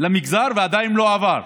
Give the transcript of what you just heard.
למגזר ועדיין לא עברו.